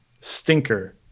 stinker